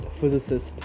physicist